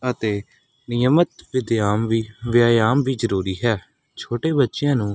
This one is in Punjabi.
ਅਤੇ ਨਿਯਮਤ ਵਿਦਯਾਮ ਵੀ ਵਿਯਾਮ ਵੀ ਜ਼ਰੂਰੀ ਹੈ ਛੋਟੇ ਬੱਚਿਆਂ ਨੂੰ